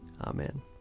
Amen